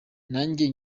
nanjye